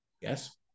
Yes